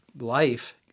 life